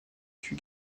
tue